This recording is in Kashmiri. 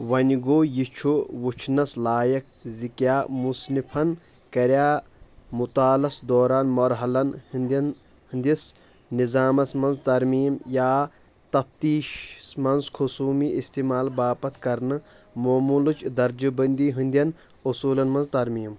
وۄنہِ گو٘و یہِ چھُ وُچھنَس لایق زِ کیٛاہ مُصنِفَن كریا مُطالعس دوران مرحلن ہٟنٛدؠن ہندِس نِظامس منٛز ترمیم یا تفتیٖشَس منٛز خاصوٗمی استعمال باپتھ کرنہٟ معموٗلٕچ درجہِ بندی ہٕنٛدِٮ۪ن اصوٗلَن منٛز ترمیم